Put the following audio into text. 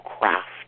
craft